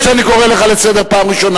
חבר הכנסת חרמש, אני קורא אותך לסדר פעם ראשונה.